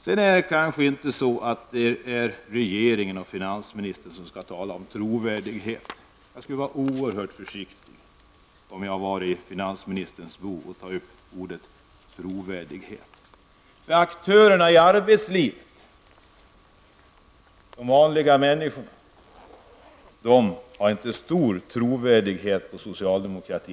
Regeringen och finansministern är kanske inte de rätta att tala om trovärdighet. Om jag var i finansministerns kläder, skulle jag vara väldigt försiktigt med att ta ordet trovärdighet i min mun. Aktörerna ute på arbetsmarknaden, de vanliga människorna, sätter inte längre stor tilltro till socialdemokratin.